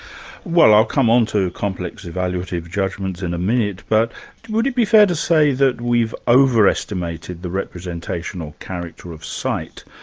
well i'll come on to complex evaluative judgments in a minute, but would it be fair to say that we've over-estimated the representational character of sight,